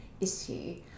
issue